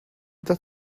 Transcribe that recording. that